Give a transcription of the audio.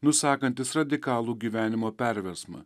nusakantis radikalų gyvenimo perversmą